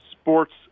sports